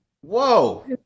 Whoa